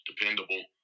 dependable